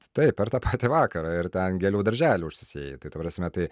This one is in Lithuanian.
taip per tą patį vakarą ir ten gėlių darželį užsisėjai tai ta prasme tai